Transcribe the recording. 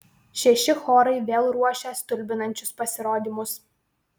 šeši chorai vėl ruošia stulbinančius pasirodymus